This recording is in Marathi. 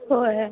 होय